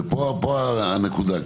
פה הנקודה.